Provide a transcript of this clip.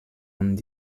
und